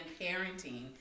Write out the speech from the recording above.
parenting